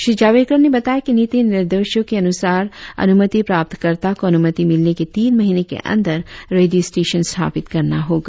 श्री जावड़ेकर ने बताया कि नीति निर्देशों के अनुसार अनुमति प्राप्तकर्ता को अनुमति मिलने के तीन महीने के अंदर रेडियो स्टेशन स्थापित करना होगा